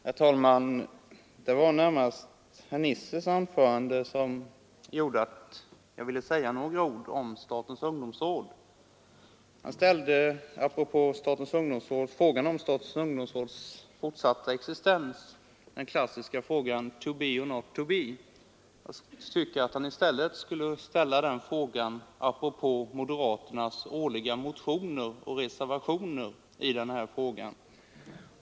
Herr talman! Det var närmast herr Nissers anförande som gjorde att jag vill säga några ord om statens ungdomsråd. Han ställde när det gäller statens ungdomsråds fortsatta existens den klassiska frågan: To be or not to be? Jag tycker att han i stället borde ha ställt den frågan apropå moderaternas årliga motioner och reservationer i denna fråga.